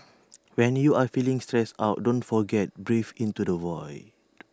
when you are feeling stressed out don't forget breathe into the void